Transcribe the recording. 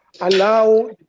allow